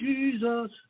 Jesus